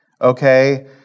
okay